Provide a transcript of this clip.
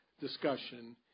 discussion